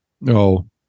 No